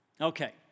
Okay